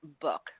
book